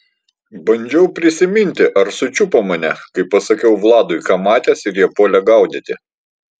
bandžiau prisiminti ar sučiupo mane kai pasakiau vladui ką matęs ir jie puolė gaudyti